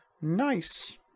Nice